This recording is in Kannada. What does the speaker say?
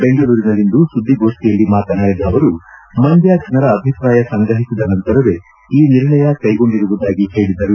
ಬೆಂಗಳೂರಿನಲ್ಲಿಂದು ಸುದ್ದಿಗೋಷ್ಠಿಯಲ್ಲಿ ಮಾತನಾಡಿದ ಅವರು ಮಂಡ್ವ ಜನರ ಅಭಿಪ್ರಾಯ ಸಂಗ್ರಹಿಸಿದ ನಂತರವೇ ಈ ನಿರ್ಣಯ ಕೈಗೊಂಡಿರುವುದಾಗಿ ಹೇಳಿದರು